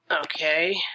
Okay